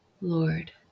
Lord